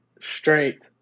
straight